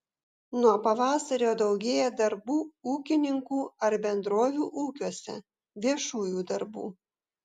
nuo pavasario daugėja darbų ūkininkų ar bendrovių ūkiuose viešųjų darbų